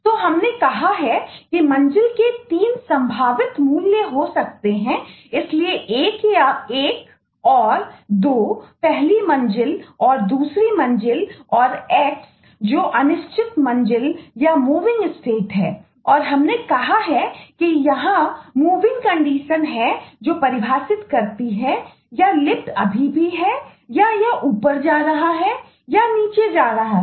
तो हमने कहा कि मंजिल के 3 संभावित मूल्य हो सकते हैं इसलिए 1 और 2 पहली मंजिल और दूसरी मंजिल और x जो अनिश्चित मंजिल या मूविंग स्टेट करता है